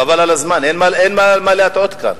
חבל על הזמן, אין מה להטעות כאן.